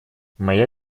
моя